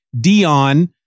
Dion